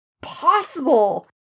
possible